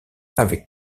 avec